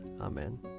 Amen